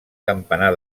campanar